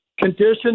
conditions